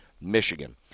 Michigan